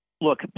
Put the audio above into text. Look